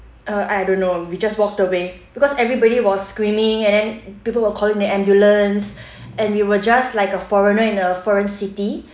uh I don't know we just walked away because everybody was screaming and then people were calling the ambulance and we were just like a foreigner in a foreign city